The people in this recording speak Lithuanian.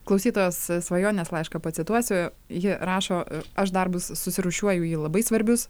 klausytojos svajonės laišką pacituosiu ji rašo aš darbus susirūšiuoju į labai svarbius